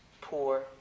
poor